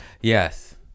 yes